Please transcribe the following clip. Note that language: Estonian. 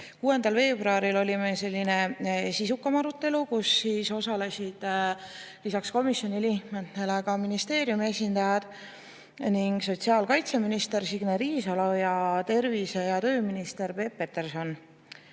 6. veebruaril oli meil selline sisukam arutelu, kus osalesid lisaks komisjoni liikmetele ministeeriumi esindajad ning sotsiaalkaitseminister Signe Riisalo ja tervise‑ ja tööminister Peep Peterson.